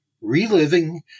Reliving